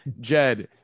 Jed